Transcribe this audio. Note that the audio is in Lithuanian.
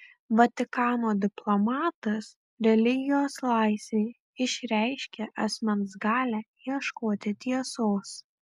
vatikano diplomatas religijos laisvė išreiškia asmens galią ieškoti tiesos